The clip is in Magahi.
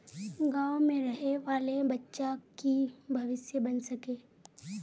गाँव में रहे वाले बच्चा की भविष्य बन सके?